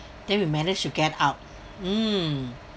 then we managed to get out mm